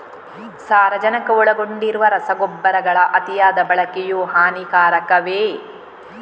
ಸಾರಜನಕ ಒಳಗೊಂಡಿರುವ ರಸಗೊಬ್ಬರಗಳ ಅತಿಯಾದ ಬಳಕೆಯು ಹಾನಿಕಾರಕವೇ?